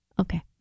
Okay